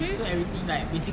hmm